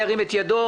ירים את ידו.